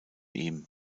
ihm